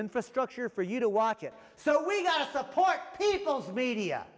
infrastructure for you to watch it so we support people's media